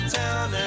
town